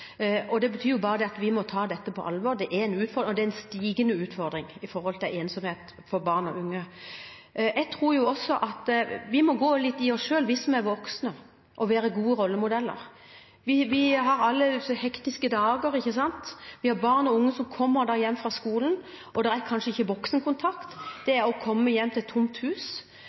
Det betyr bare at vi må ta dette på alvor, det er en stigende utfordring når det gjelder ensomhet for barn og unge. Jeg tror at vi som er voksne, må gå litt i oss selv og være gode rollemodeller. Vi har alle så hektiske dager, ikke sant? Vi har barn og unge som kommer hjem fra skolen, og det er kanskje ikke voksenkontakt – de kommer hjem til et tomt hus.